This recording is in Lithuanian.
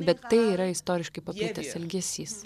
bet tai yra istoriškai paplitęs elgesys